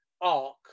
arc